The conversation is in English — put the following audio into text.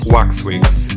Waxwings